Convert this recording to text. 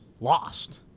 lost